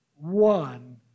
One